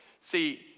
See